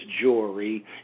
jewelry